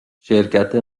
شرکت